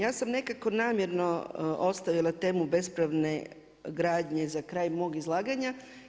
Ja sam nekako namjerno ostavila temu bespravne gradnje za kraj mog izlaganja.